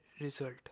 result